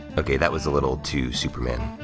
okay, that was a little too superman.